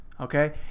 okay